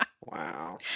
Wow